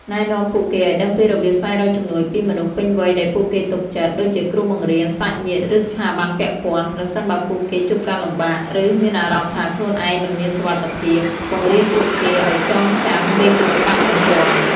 ណែនាំពួកគេឲ្យដឹងពីរបៀបស្វែងរកជំនួយពីមនុស្សពេញវ័យដែលពួកគេទុកចិត្ត ដូចជាគ្រូបង្រៀន សាច់ញាតិ ឬស្ថាប័នពាក់ព័ន្ធ ប្រសិនបើពួកគេជួបការលំបាក ឬមានអារម្មណ៍ថាខ្លួនឯងមិនមានសុវត្ថិភាព បង្រៀនពួកគេឲ្យចងចាំលេខទូរសព្ទបន្ទាន់។